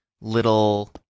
little